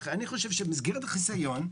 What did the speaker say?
אני חושב שבמסגרת החיסיון,